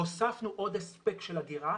הוספנו עוד הספק של אגירה,